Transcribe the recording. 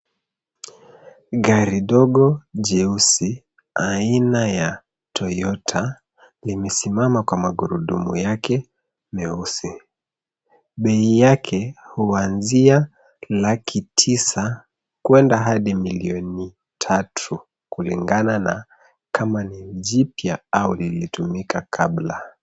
Gari dogo jeusi aina ya Toyota, limesimama kwa magurudumu yake meusi. Bei yake huanzia laki tisa kuenda hadi milioni tatu kulingana na kama ni jipya au lilitumika kabla.